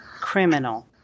criminal